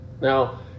Now